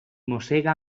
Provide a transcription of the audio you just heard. mossega